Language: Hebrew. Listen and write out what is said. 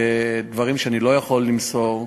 ודברים שאני לא יכול למסור,